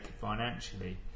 financially